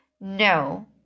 No